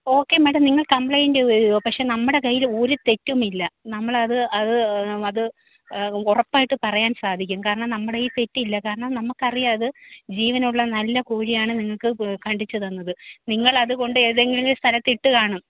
okay madam നിങ്ങള് complaint പക്ഷെ നമ്മുടെ കയ്യില് ഒരു തെറ്റുമില്ല നമ്മളത് അത് അത് ഉറപ്പായിട്ടും പറയാൻ സാധിക്കും കാരണം നമ്മുടെ കയ്യിൽ തെറ്റില്ല കാരണം നമുക്ക് അറിയാം അത് ജീവനുള്ള നല്ല കോഴിയാണ് നിങ്ങൾക്ക് പ് കണ്ടിച്ച് തന്നത് നിങ്ങളത് കൊണ്ട് ഏതെങ്കിലും സ്ഥലത്തിട്ട് കാണും